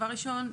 דבר ראשון,